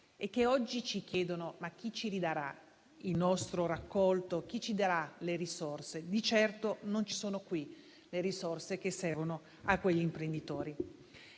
e che oggi ci chiedono: ma chi ci ridarà il nostro raccolto? Chi ci darà le risorse? Di certo non si trovano qui le risorse che servono a quegli imprenditori.